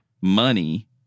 money